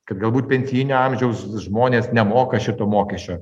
kad galbūt pensiinio amžiaus žmonės nemoka šito mokesčio